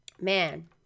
man